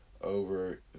over